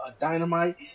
dynamite